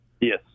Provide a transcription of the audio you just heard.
Yes